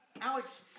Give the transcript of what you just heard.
Alex